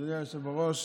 אדוני היושב-ראש.